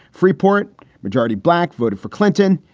freeport majority black voted for clinton.